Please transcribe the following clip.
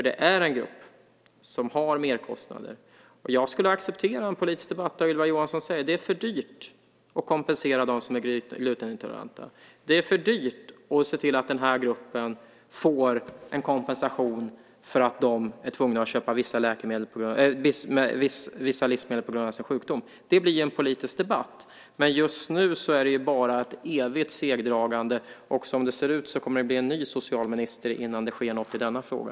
Det är en grupp som har merkostnader, och jag skulle acceptera en politisk debatt där Ylva Johansson helt enkelt säger att det är för dyrt att kompensera dem som är glutenintoleranta för att de är tvungna att köpa vissa livsmedel på grund av sin sjukdom. Då blir det ju en politisk debatt. Nu är det bara ett evigt segdragande. Som det ser ut nu kommer det en ny socialminister innan det sker något i denna fråga.